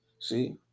see